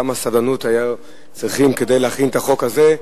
כמה סבלנות היו צריכים כדי להכין את החוק הזה.